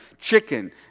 chicken